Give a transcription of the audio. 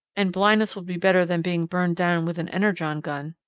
and blindness would be better than being burned down with an energon-gun!